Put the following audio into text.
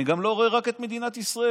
אני גם לא רואה רק את מדינת ישראל.